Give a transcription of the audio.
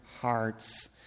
hearts